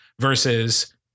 versus